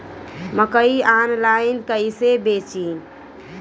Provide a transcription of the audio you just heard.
मकई आनलाइन कइसे बेची?